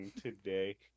today